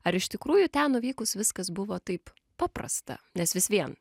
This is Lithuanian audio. ar iš tikrųjų ten nuvykus viskas buvo taip paprasta nes vis vien